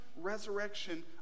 resurrection